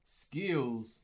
skills